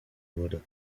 wurde